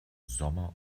sommer